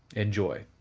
enjoy